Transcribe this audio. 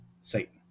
Satan